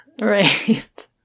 Right